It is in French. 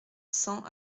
cent